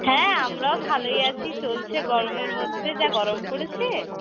হ্যাঁ আমরাও ভালই আছি চলছে গরমের মধ্যে যা গরম পড়েছে